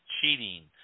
cheating